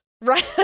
right